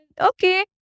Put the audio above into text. okay